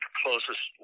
closest